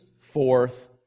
forth